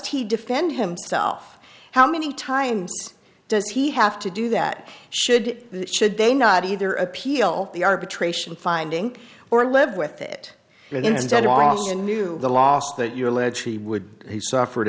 he defend himself how many times does he have to do that should that should they not either appeal the arbitration finding or live with it and then set off a new the last that you're alleged he would he suffered